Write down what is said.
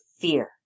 fear